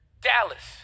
Dallas